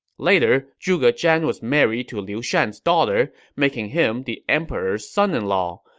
later, zhuge zhan was married to liu shan's daughter, making him the emperor's son-in-law,